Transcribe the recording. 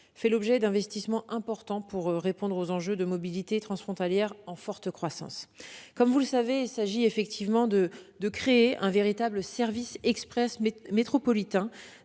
fait l'objet d'investissements importants pour répondre aux enjeux de mobilité transfrontalière en forte croissance. Comme vous le savez, il s'agit effectivement de créer un véritable service express métropolitain